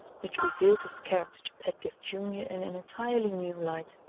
which revealed his character to pedgift junior in an entirely new light.